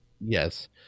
Yes